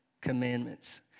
commandments